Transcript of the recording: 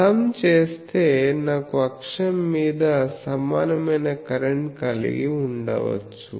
some చేస్తే నాకు అక్షం మీద సమానమైన కరెంట్ కలిగి ఉండవచ్చు